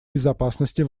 безопасности